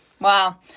Wow